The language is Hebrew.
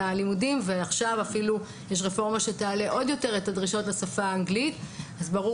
עכשיו יש רפורמה שתעלה עוד יותר את הדרישות לשפה האנגלית אז ברור